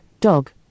dog